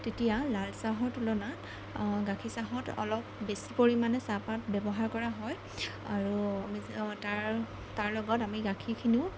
তেতিয়া লালচাহৰ তুলনাত গাখীৰ চাহত অলপ বেছি পৰিমাণে চাহপাত ব্যৱহাৰ কৰা হয় আৰু অৱশ্যে অঁ তাৰ তাৰ লগত আমি গাখীৰখিনিও